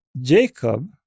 Jacob